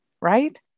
right